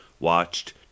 watched